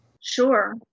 Sure